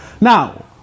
Now